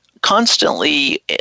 constantly